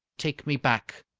take me back,